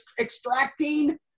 extracting